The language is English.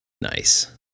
Nice